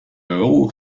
haut